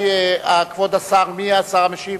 כבוד השר, מי השר המשיב?